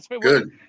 Good